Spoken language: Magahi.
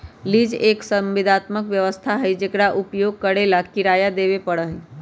लीज एक संविदात्मक व्यवस्था हई जेकरा उपयोग करे ला किराया देवे पड़ा हई